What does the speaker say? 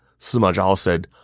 sima zhao said,